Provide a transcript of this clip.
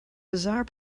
bizarre